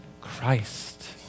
Christ